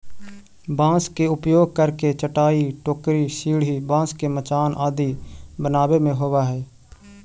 बाँस के उपयोग करके चटाई, टोकरी, सीढ़ी, बाँस के मचान आदि बनावे में होवऽ हइ